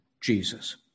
Jesus